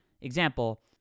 example